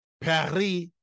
Paris